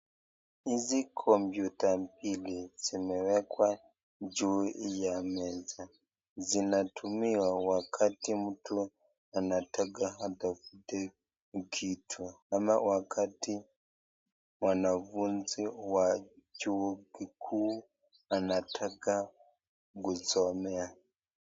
Hizi kompyuta mbili zimewekwa juu ya meza, zinatumiwa wakati mtu anataka atafute kitu, ama wakati wanafunzi wa chuo kikuu wanataka kusomea.